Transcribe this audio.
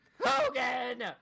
Hogan